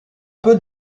peu